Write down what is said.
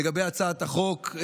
לגבי הצעת החוק,